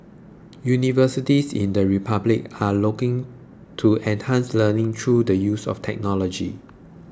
universities in the Republic are looking to enhance learning through the use of technology